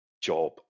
job